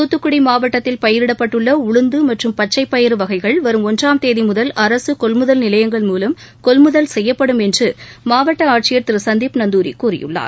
தூத்துக்குடி மாவட்டத்தில் பயிரிடப்பட்டுள்ள உளுந்து மற்றும் பச்சைப் பயறு வகைகள் வரும் ஒன்றாம் தேதி முதல் அரசு கொள்முதல் நிலையங்கள் மூலம் கொள்முதல் செய்யப்படும் என்று மாவட்ட ஆட்சியர் திரு சந்தீப் நந்தூரி கூறியுள்ளார்